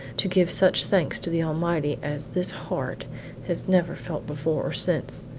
to give such thanks to the almighty as this heart has never felt before or since.